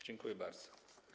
Dziękuję bardzo.